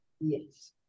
yes